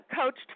coached